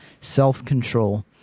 self-control